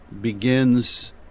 begins